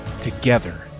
together